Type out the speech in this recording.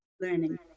learning